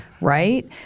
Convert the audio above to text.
Right